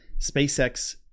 SpaceX